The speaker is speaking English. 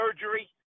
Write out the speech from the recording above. surgery